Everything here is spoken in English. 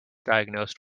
diagnosed